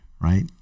right